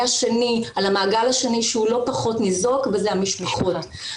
השני שהוא לא פחות ניזוק וזה המשפחות.